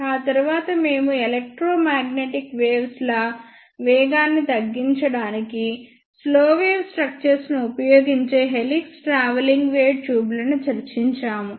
ఆ తరువాత మేము ఎలెక్ట్రోమాగ్నెటిక్ వేవ్స్ ల వేగాన్ని తగ్గించడానికి స్లో వేవ్ స్ట్రక్చర్స్ ను ఉపయోగించే హెలిక్స్ ట్రావెలింగ్ వేవ్ ట్యూబ్లను చర్చించాము